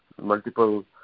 multiple